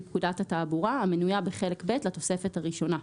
פקודת התעבורה המנויה בחלק ב' לתוספת הראשונה.